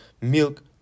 milk